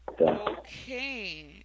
Okay